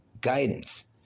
guidance